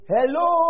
Hello